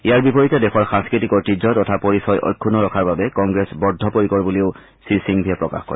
ইয়াৰ বিপৰীতে দেশৰ সাংস্কৃতিক ঐতিহ্য তথা পৰিচয় অক্ষুন্ন ৰখাৰ বাবে কংগ্ৰেছ বদ্ধপৰিকৰ বুলিও শ্ৰীসিংভিয়ে প্ৰকাশ কৰে